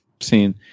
seen